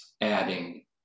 adding